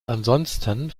ansonsten